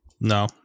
No